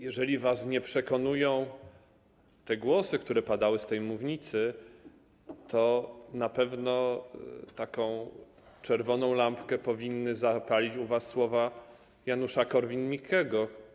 Jeżeli was nie przekonują te głosy, które padały z tej mównicy, to na pewno taką czerwoną lampkę powinny zapalić u was słowa Janusza Korwin-Mikkego.